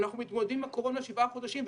אנחנו מתמודדים עם הקורונה שבעה חודשים,